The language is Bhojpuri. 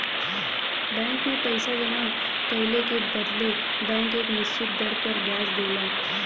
बैंक में पइसा जमा कइले के बदले बैंक एक निश्चित दर पर ब्याज देला